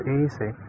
easy